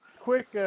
Quick